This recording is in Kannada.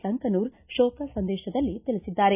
ಸಂಕನೂರ ಶೋಕ ಸಂದೇಶದಲ್ಲಿ ತಿಳಿಸಿದ್ದಾರೆ